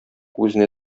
үзенә